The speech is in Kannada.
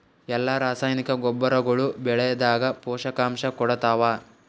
ಎಲ್ಲಾ ರಾಸಾಯನಿಕ ಗೊಬ್ಬರಗೊಳ್ಳು ಬೆಳೆಗಳದಾಗ ಪೋಷಕಾಂಶ ಕೊಡತಾವ?